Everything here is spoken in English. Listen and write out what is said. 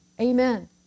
Amen